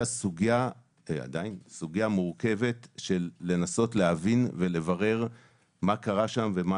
סוגיה מורכבת לנסות ולברר מה קרה שם ומה